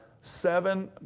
seven